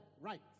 right